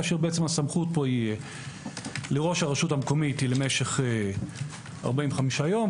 כאשר הסמכות פה היא לראש הרשות המקומית למשך 45 יום,